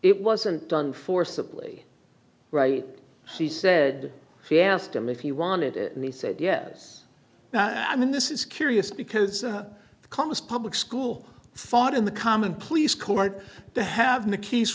it wasn't done forcibly right she said she asked him if he wanted it and he said yes i mean this is curious because the comma's public school fought in the common pleas court to have